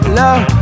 love